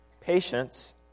patience